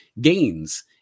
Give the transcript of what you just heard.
gains